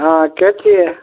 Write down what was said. हँ के छियै